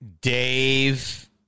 Dave